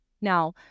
Now